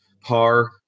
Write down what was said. par